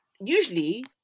Usually